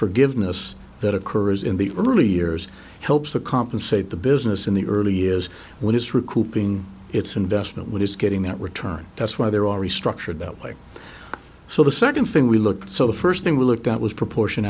forgiveness that occurs in the early years helps to compensate the business in the early years when it's recouping its investment which is getting that return that's why they're all restructured that way so the second thing we look at so the first thing we looked at was proportion